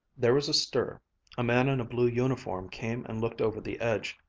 there was a stir a man in a blue uniform came and looked over the edge,